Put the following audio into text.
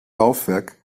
laufwerk